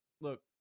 look